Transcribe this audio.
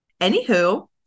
anywho